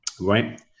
right